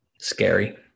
scary